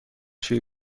شویی